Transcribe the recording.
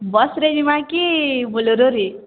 ବସ୍ରେ ଯିମା କି ବୋଲେରୋରେ